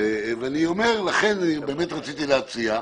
לכן באמת רציתי להציע,